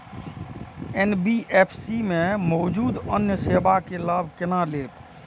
NBFC में मौजूद अन्य सेवा के लाभ केना लैब?